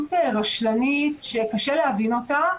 התנהלות רשלנית שקשה להבין אותה,